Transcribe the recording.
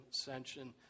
ascension